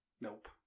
Nope